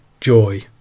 joy